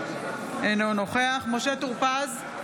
אינו נוכח משה טור פז,